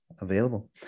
available